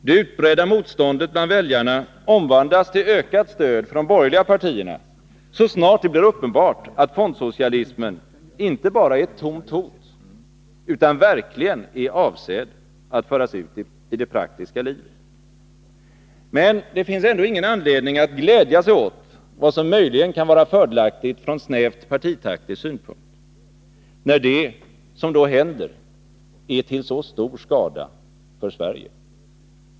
Det utbredda motståndet bland väljarna omvandlas till ökat stöd för de borgerliga partierna, så snart det blir uppenbart att fondsocialismen inte bara är ett tomt hot utan verkligen är avsedd att föras ut i det praktiska livet. Men det finns ingen anledning att glädja sig åt vad som möjligen kan vara fördelaktigt från snävt partitaktisk synpunkt, när det som händer är till så stor skada för Sverige.